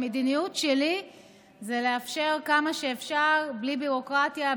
המדיניות שלי היא לאפשר כמה שאפשר בלי ביורוקרטיה,